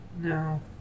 No